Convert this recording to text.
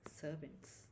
servants